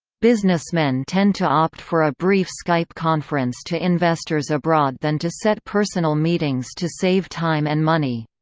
businessmen tend to opt for a brief skype conference to investors abroad than to set personal meetings to save time and money.